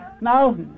Now